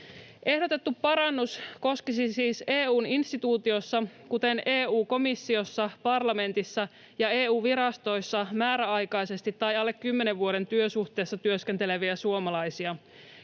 Ehdotettu parannus koskisi siis EU:n instituutioissa, kuten EU-komissiossa, -parlamentissa ja EU-virastoissa määräaikaisesti tai alle kymmenen vuoden työsuhteessa työskenteleviä suomalaisia.